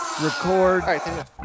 Record